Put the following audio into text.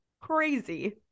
crazy